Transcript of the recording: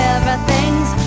Everything's